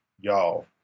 y'all